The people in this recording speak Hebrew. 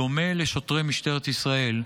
בדומה לשוטרי משטרת ישראל,